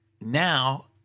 now